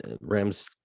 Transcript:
Rams